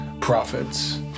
Profits